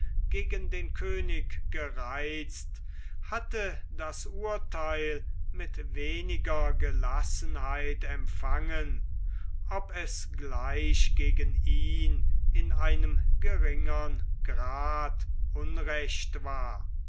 gegen den könig gereizt hatte das urtheil mit weniger gelassenheit empfangen ob es gleich gegen ihn in einem geringern grad unrecht war